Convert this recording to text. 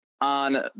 on